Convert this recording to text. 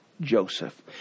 Joseph